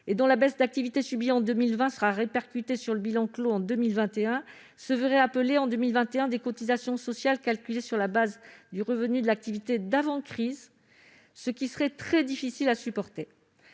et dont la baisse d'activité subie en 2020 sera répercutée sur le bilan clos en 2021, se verrait appeler, en 2021, des cotisations sociales calculées sur la base du revenu de l'activité d'avant la crise, ce qui serait très difficile à supporter.